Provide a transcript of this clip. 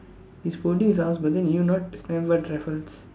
he's folding his arms but then you not Stamford-Raffles